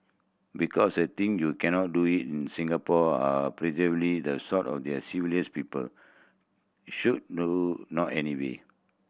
because the thing you cannot do in Singapore are the sort of their civilised people should no not anyway